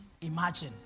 imagine